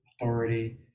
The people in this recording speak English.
authority